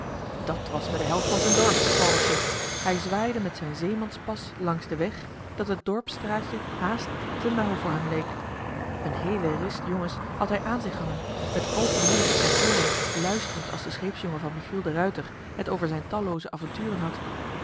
dat was me de held van zijn dorp die paddeltje hij zwaaide met zijn zeemanspas langs den weg dat het dorpsstraatje haast te nauw voor hem leek een heele rist jongens had hij aan zich hangen met open mond en ooren luisterend als de scheepsjongen van michiel de ruijter het over zijn tallooze avonturen had